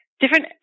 different